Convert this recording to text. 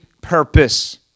purpose